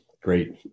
great